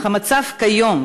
אך המצב כיום,